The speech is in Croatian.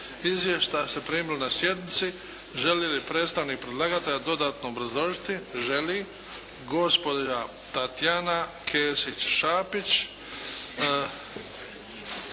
Izvješća ste primili na sjednici. Želi li predstavnik predlagatelja dodatno obrazložiti? Želi. Gospođa Tatjana Kesić Šapić,